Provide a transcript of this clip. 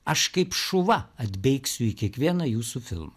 aš kaip šuva atbėgsiu į kiekvieną jūsų filmą